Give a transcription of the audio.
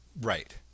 Right